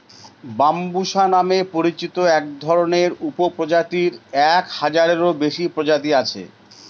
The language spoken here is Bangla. বাঁশের ব্যম্বুসা নামে পরিচিত একধরনের উপপ্রজাতির এক হাজারেরও বেশি প্রজাতি আছে